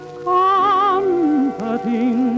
comforting